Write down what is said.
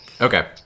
Okay